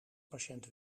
patiënt